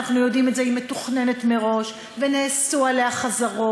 אנחנו יודעים את זה היא מתוכננת מראש ונעשו עליה חזרות.